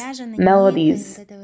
melodies